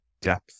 depth